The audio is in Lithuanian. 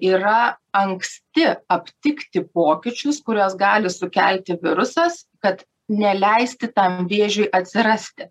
yra anksti aptikti pokyčius kuriuos gali sukelti virusas kad neleisti tam vėžiui atsirasti